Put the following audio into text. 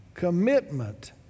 Commitment